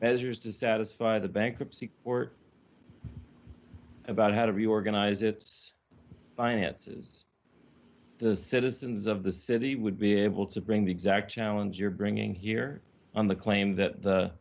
past to satisfy the bankruptcy court about how to reorganize it's the citizens of the city would be able to bring the exact challenge you're bringing here on the claim that the